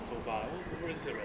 so far 我不过认识人